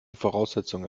voraussetzungen